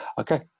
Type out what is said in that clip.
Okay